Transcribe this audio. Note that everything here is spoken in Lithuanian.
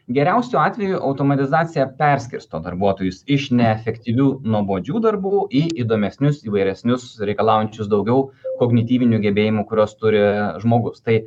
geriausiu atveju automatizacija perskirsto darbuotojus iš neefektyvių nuobodžių darbų į įdomesnius įvairesnius reikalaujančius daugiau kognityvinių gebėjimų kuriuos turi žmogus tai